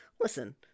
listen